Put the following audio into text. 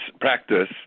practice